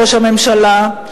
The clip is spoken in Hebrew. ראש הממשלה,